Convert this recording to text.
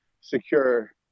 secure